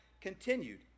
continued